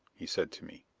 he said to me,